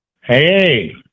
Hey